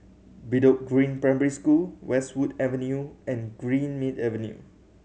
Bedok Green Primary School Westwood Avenue and Greenmead Avenue